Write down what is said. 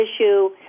issue